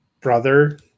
brother